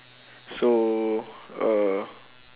so err